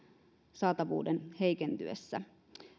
saatavuuden heikentyessä